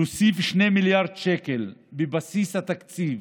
להוסיף 2 מיליארד שקל בבסיס התקציב